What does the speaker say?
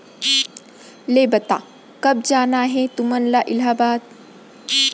ले बता, कब जाना हे तुमन ला इलाहाबाद?